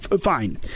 fine